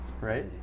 Right